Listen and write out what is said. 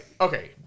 Okay